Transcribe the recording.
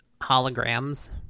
holograms